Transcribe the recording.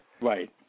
right